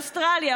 אוסטרליה,